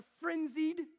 frenzied